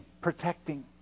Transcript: protecting